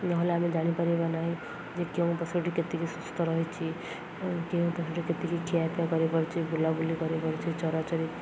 ନହେଲେ ଆମେ ଜାଣିପାରିବା ନାହିଁ ଯେ କେଉଁ ପଶୁଟି କେତିକି ସୁସ୍ଥ ରହିଛିି କେଉଁ ପଶୁଟି କେତିକି ଖିଆ ପିଆ କରିପାରୁଛି ବୁଲାବୁଲି କରିକୁପାରୁଛି ଚରାଚରି